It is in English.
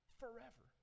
forever